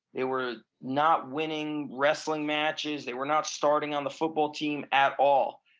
they were not winning wrestling matches. they were not starting on the football team at all.